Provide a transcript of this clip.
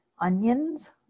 onions